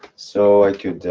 so, i could.